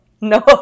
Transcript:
No